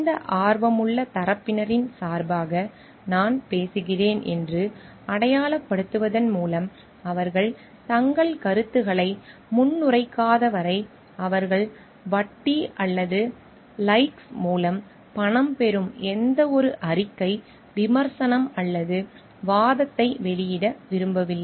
இந்த ஆர்வமுள்ள தரப்பினரின் சார்பாக நான் பேசுகிறேன் என்று அடையாளப்படுத்துவதன் மூலம் அவர்கள் தங்கள் கருத்துக்களை முன்னுரைக்காத வரை அவர்கள் வட்டி அல்லது லைக்ஸ் மூலம் பணம் பெறும் எந்தவொரு அறிக்கை விமர்சனம் அல்லது வாதத்தை வெளியிட விரும்பவில்லை